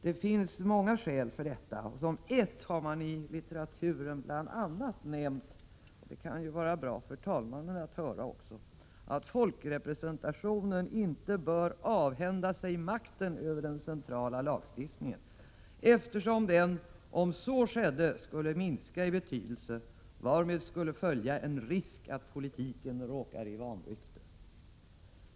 Det finns många skäl för detta. Som ett har man i litteraturen nämnt att folkrepresentationen inte bör avhända sig makten över den centrala lagstiftningen, eftersom den om så skedde skulle minska i betydelse, varmed skulle följa en risk att politiken råkar i vanrykte. Detta kan också vara bra för talmannen att höra.